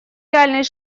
реальный